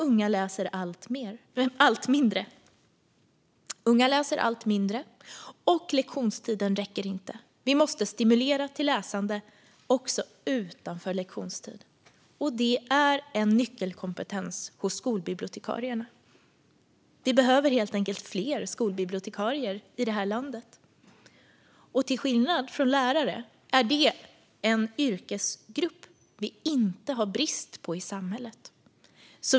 Unga läser allt mindre, och lektionstiden räcker inte till. Vi måste stimulera till läsande också utanför lektionstid. Det är en nyckelkompetens hos skolbibliotekarierna. Vi behöver helt enkelt fler skolbibliotekarier i det här landet. Till skillnad från lärare är det en yrkesgrupp vi inte har brist på i samhället.